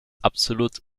absolut